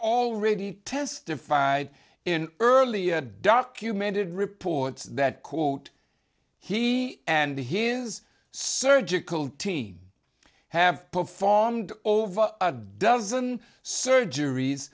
already testified in early documented reports that quote he and his surgical team have performed over a dozen surgeries